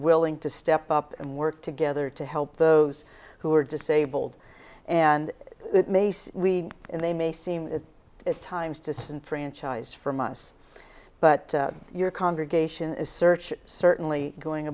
willing to step up and work together to help those who are disabled and it mais oui and they may seem at times disenfranchised from us but your congregation is search certainly going